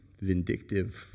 vindictive